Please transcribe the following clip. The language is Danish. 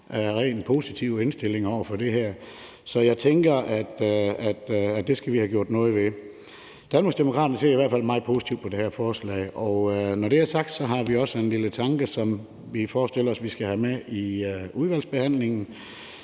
rene positive indstillinger over for det her, så jeg tænker, at det skal vi have gjort noget ved. Danmarksdemokraterne ser i hvert fald meget positivt på det her forslag. Når det er sagt, har vi også en lille tanke, som vi forestiller os vi skal have med i udvalgsbehandlingen.